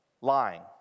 lying